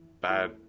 bad